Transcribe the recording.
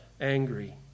angry